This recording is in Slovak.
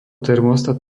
termostat